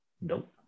Nope